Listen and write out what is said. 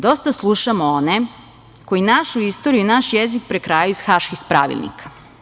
Dosta slušamo one koji našu istoriju i naš jezik prekrajaju iz haških pravilnika.